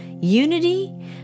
unity